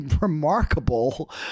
remarkable